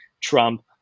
Trump